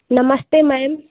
नमस्ते मएम